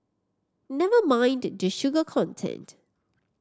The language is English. never mind the sugar content